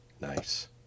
Nice